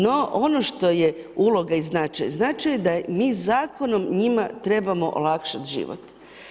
No, ono što je uloga i značaj, značaj da mi zakonom njima trebamo olakšati život.